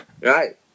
right